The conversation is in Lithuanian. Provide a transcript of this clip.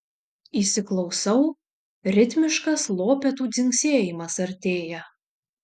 įsiklausau ritmiškas lopetų dzingsėjimas artėja